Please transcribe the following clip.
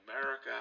America